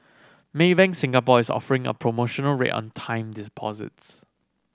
Maybank Singapore is offering a promotional rate on time